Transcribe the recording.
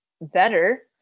better